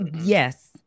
Yes